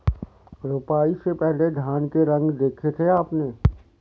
रोपाई से पहले धान के रंग देखे थे आपने?